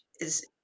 is-